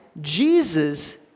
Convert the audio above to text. Jesus